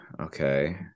Okay